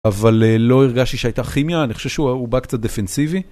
אבל לא הרגשתי שהייתה כימיה, אני חושב שהוא בא קצת דפנסיבי.